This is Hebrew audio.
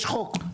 יש חוק,